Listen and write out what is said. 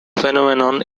phenomenon